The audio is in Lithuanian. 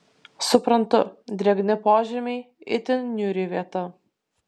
suprantu drėgni požemiai itin niūri vieta